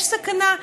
יש סכנה.